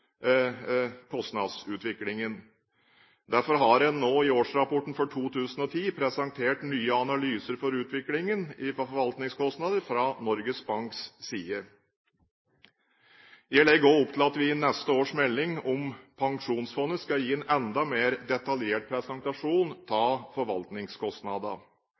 kostnadsutviklingen. Derfor har en nå i årsrapporten fra Norges Bank presentert nye analyser for utviklingen i forvaltningskostnadene. Jeg legger også opp til at vi i neste års melding om pensjonsfondet skal gi en enda mer detaljert presentasjon av